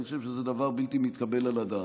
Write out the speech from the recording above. אני חושב שזה דבר בלתי מתקבל על הדעת.